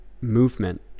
movement